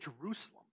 Jerusalem